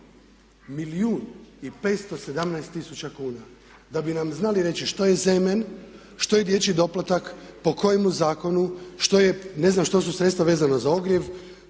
milijun i 517 tisuća kuna da bi nam znali reći što je …/Ne razumije se./…, što je dječji doplatak, po kojem zakonu, što je ne znam što su sredstva vezana za ogrjev,